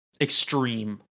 extreme